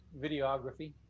videography